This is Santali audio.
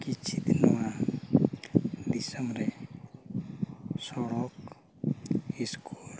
ᱠᱤᱪᱷᱩ ᱫᱤᱱ ᱱᱚᱣᱟ ᱫᱤᱥᱚᱢ ᱨᱮ ᱥᱚᱲᱚᱠ ᱤᱥᱠᱩᱞ